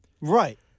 Right